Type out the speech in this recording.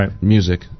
music